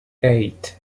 eight